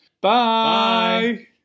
bye